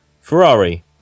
Ferrari